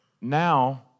Now